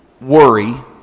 worry